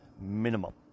minimum